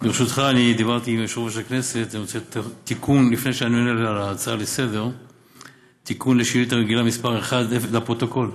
שאני עונה להצעה לסדר-היום, לפרוטוקול,